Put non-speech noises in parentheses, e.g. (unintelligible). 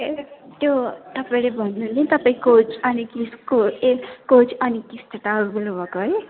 ए त्यो तपाईँले भन्नु हुन्थ्यो पनि तपाईँको कोच (unintelligible) एक्स कोच (unintelligible) बोल्नु भएको है